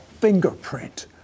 Fingerprint